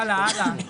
הלאה, הלאה.